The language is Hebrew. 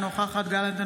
אינה נוכחת יואב גלנט,